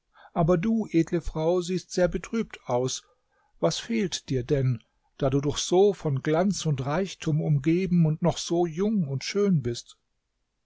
aber du edle frau siehst sehr betrübt aus was fehlt dir denn da du doch so von glanz und reichtum umgeben und noch so jung und schön bist